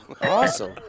Awesome